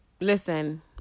listen